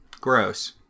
Gross